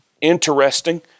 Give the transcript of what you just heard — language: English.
interesting